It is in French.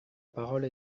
parole